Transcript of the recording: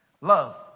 love